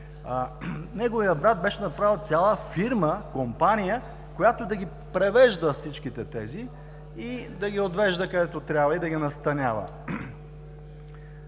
неговият брат беше направил цяла фирма, компания, която да ги превежда всички тези и да ги отвежда, където трябва и да ги настанява?